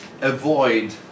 avoid